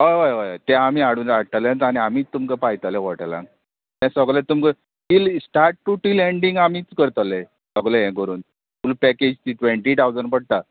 हय हय हय तें आमी हाडून हाडटलें आनी आमीच तुमकां पायतलें हॉटेलांत तें सगलें तुमकां till start to till ending आमीच करतलें सगलें हें करून फुल पॅकेज ती ट्वेंटी ठावजण पडटा